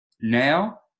now